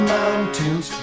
mountains